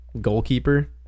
goalkeeper